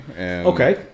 Okay